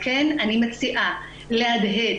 על כן אני מציעה להדהד